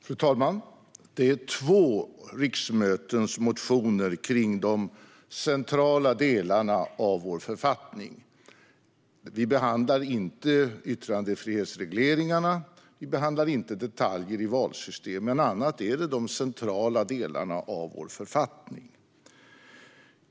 Fru talman! Det är två riksmötens motioner kring de centrala delarna av vår författning i det här betänkandet. Vi behandlar inte yttrandefrihetsregleringarna och vi behandlar inte detaljer i valsystemet, men i övrigt är det de centrala delarna av vår författning.